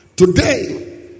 Today